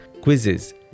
quizzes